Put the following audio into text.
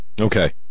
Okay